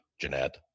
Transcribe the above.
Jeanette